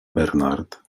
bernard